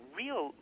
real